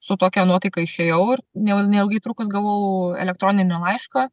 su tokia nuotaika išėjau ir neil neilgai trukus gavau elektroninį laišką